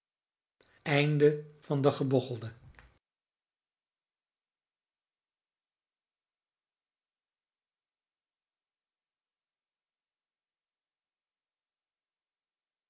dood van den gevaarlijksten